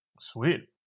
Sweet